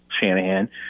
Shanahan